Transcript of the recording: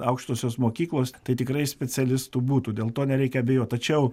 aukštosios mokyklos tai tikrai specialistų būtų dėl to nereikia abejot tačiau